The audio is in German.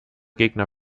gegner